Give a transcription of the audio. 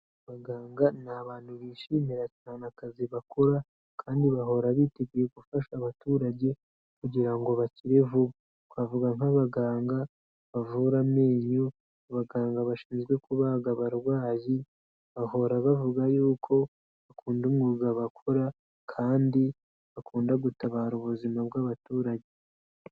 Abaganga ni abantu bishimira cyane akazi bakora kandi bahora biteguye gufasha abaturage kugira ngo bakire vuba. Twavuga nk'abaganga bavura amenyo, abaganga bashinzwe kubaga abarwayi bahora bavuga y'uko bakunda umwuga bakora kandi bakunda gutabara ubuzima bw'abaturage.